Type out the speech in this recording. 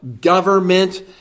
government